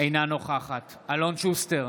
אינה נוכחת אלון שוסטר,